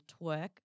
twerk